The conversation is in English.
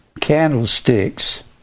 candlesticks